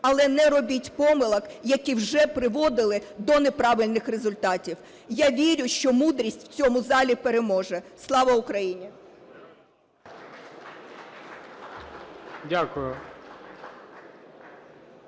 але не робіть помилок, які вже приводили до неправильних результатів. Я вірю, що мудрість в цьому залі переможе. Слава Україні!